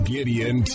Gideon